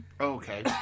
Okay